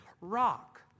rock